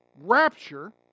rapture